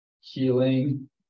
healing